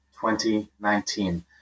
2019